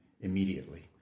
immediately